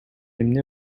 эмнеге